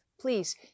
Please